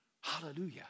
Hallelujah